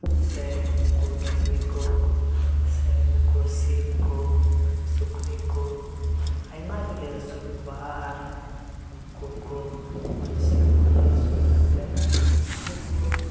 ᱥᱮ ᱱᱩᱠᱩ ᱰᱟᱝᱨᱤ ᱠᱚ ᱥᱮ ᱱᱩᱠᱩ ᱥᱤᱢ ᱠᱚ ᱥᱩᱠᱨᱤ ᱠᱚ ᱟᱭᱢᱟ ᱜᱮᱞᱮ ᱟᱹᱥᱩᱞ ᱠᱚᱣᱟ ᱟᱨ ᱱᱩᱠᱩ ᱠᱚ ᱢᱚᱡᱽ ᱥᱮ ᱢᱚᱡᱽ ᱟᱹᱥᱩᱞ ᱠᱟᱛᱮᱫ ᱱᱩᱠᱩ ᱠᱚ